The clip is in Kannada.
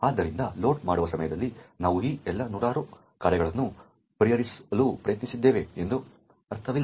ಆದ್ದರಿಂದ ಲೋಡ್ ಮಾಡುವ ಸಮಯದಲ್ಲಿ ನಾವು ಈ ಎಲ್ಲಾ ನೂರಾರು ಕಾರ್ಯಗಳನ್ನು ಪರಿಹರಿಸಲು ಪ್ರಯತ್ನಿಸುತ್ತೇವೆ ಎಂದು ಅರ್ಥವಿಲ್ಲ